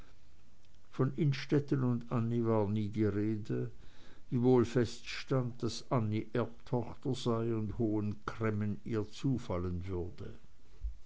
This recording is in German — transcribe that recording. von innstetten und annie war nie die rede wiewohl feststand daß annie erbtochter sei und hohen cremmen ihr zufallen würde